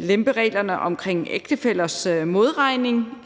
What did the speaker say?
lempe reglerne om ægtefællers modregning,